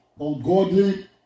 ungodly